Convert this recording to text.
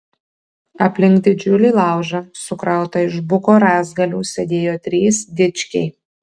aplink didžiulį laužą sukrautą iš buko rąstgalių sėdėjo trys dičkiai